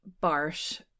Bart